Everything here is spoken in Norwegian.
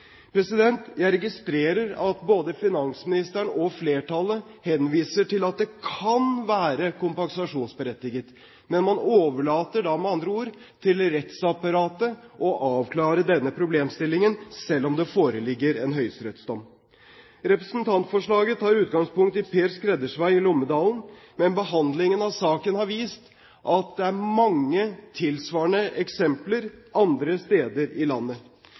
Jeg registrerer at både finansministeren og flertallet henviser til at det kan være kompensasjonsberettiget, men man overlater da med andre ord til rettsapparatet å avklare denne problemstillingen, selv om det foreligger en høyesterettsdom. Representantforslaget tar utgangspunkt i Per Skredders vei i Lommedalen, men behandlingen av saken har vist at det er mange tilsvarende eksempler andre steder i landet.